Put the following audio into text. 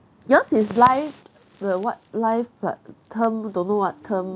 yours is life the what life term don't know what term